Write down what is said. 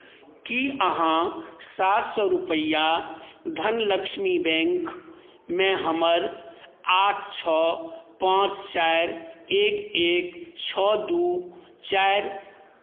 कि अहाँ सात सओ रुपैआ धनलक्ष्मी बैँकमे हमर आठ छओ पाँच चारि एक एक छओ दुइ चारि